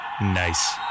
Nice